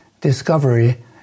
discovery